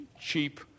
cheap